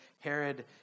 Herod